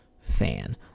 fan